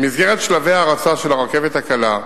במסגרת שלבי ההרצה של הרכבת הקלה,